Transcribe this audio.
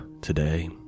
today